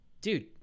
dude